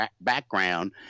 background